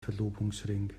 verlobungsring